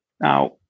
Now